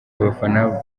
abafana